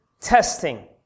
Testing